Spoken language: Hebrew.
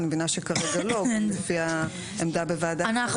אני מבינה שכרגע לא, לפי העמדה בוועדת השרים.